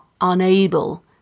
unable